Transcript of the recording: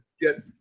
get